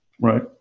right